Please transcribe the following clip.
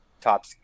top